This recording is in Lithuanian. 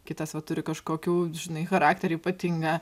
kitas va turi kažkokių žinai charakterį ypatingą